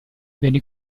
venne